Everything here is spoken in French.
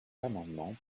amendement